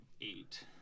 eight